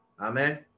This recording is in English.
Amen